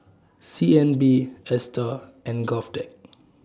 C N B ASTAR and Govtech